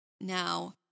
Now